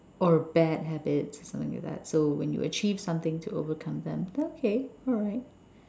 or bad habits something like that so when you achieve something to overcome that okay alright